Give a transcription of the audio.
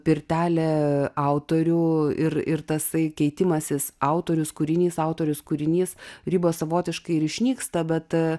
pirtelė autorių ir ir tasai keitimasis autorius kūrinys autorius kūrinys ribos savotiškai ir išnyksta bet